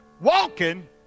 Walking